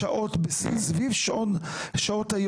זמן שירות של אזרחים שהיו צריכים לקבל